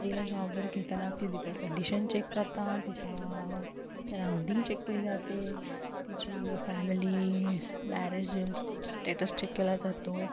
स्त्रीला जॉबवर घेताना फिजिकल कंडिशन चेक करता तिच्या सराउंडिंग चेक केली जाते तिची फॅमिली मॅरेज स्टेटस चेक केला जातो